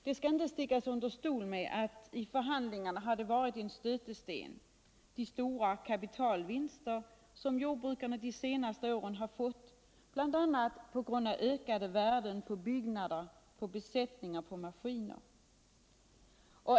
Det skall inte stickas under stol med att en stötesten i förhandlingarna har varit de stora kapitalvinster jordbrukarna de senaste åren fått bl.a. på grund av ökande värden på byggnader, besättningar och maskiner.